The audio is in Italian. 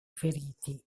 feriti